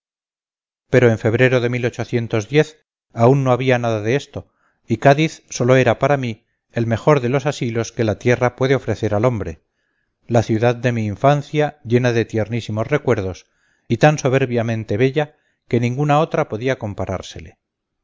pero en febrero de aún no había nada de esto y cádiz sólo era para mí el mejor de los asilos que la tierra puede ofrecer al hombre la ciudad de mi infancia llena de tiernísimos recuerdos y tan soberbiamente bella que ninguna otra podía comparársele